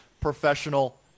professional